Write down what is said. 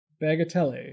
Bagatelle